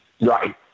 Right